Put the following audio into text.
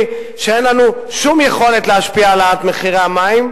שאין לנו שום יכולת להשפיע על העלאת מחירי המים,